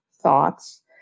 thoughts